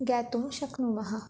ज्ञातुं शक्नुमः